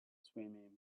swimming